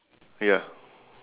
ya